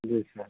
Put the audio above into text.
जी sir